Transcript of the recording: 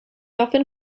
often